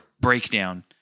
breakdown